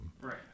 right